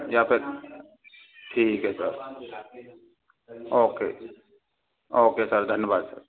या फिर ठीक है सर ओके ओके सर धन्यवाद सर